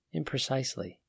imprecisely